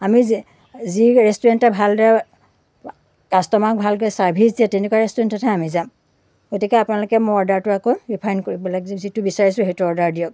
আমি যে যি ৰেষ্টুৰেণ্টে ভালদৰে কাষ্ট'মাৰক ভালকৈ চাৰ্ভিছ দিয়ে তেনেকুৱা ৰেষ্টুৰেণ্টতহে আমি যাম গতিকে আপোনালোকে মোৰ অৰ্ডাৰটো আকৌ ৰিফাণ্ড কৰি বেলেগ যি যিটো বিচাৰিছোঁ সেইটো অৰ্ডাৰ দিয়ক